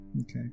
Okay